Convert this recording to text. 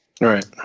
right